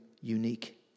unique